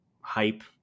hype